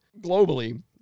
globally